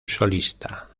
solista